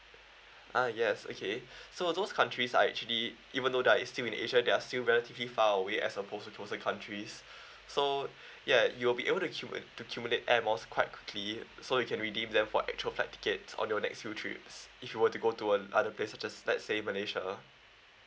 uh yes okay so those countries are actually even though they are still in asia they are still relatively far away as opposed to closer countries so ya you'll be able to to accumulate accumulate air miles quite quickly so you can redeem them for actual flight tickets on your next few trips if you were to go to other place like say malaysia